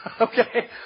Okay